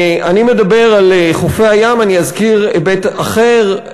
אני מדבר על חופי הים, ואני אזכיר היבט אחר: